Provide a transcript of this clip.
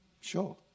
sure